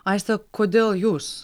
aiste kodėl jūs